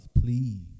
please